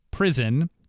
Prison